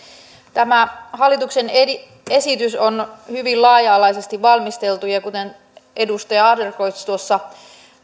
tämä hallituksen esitys on hyvin laaja alaisesti valmisteltu ja kuten edustaja adlercreutz tuossa